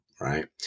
right